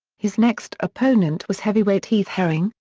his next opponent was heavyweight heath herring,